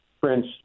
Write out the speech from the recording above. Prince